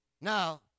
Now